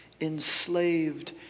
enslaved